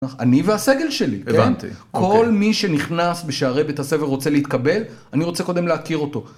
אני והסגל שלי, כל מי שנכנס בשערי בית הספר רוצה להתקבל, אני רוצה קודם להכיר אותו.